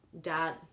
dad